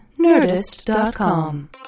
Nerdist.com